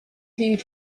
viewed